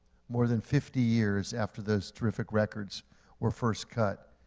more than fifty years after those terrific records were first cut.